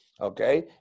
Okay